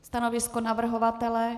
Stanovisko navrhovatele?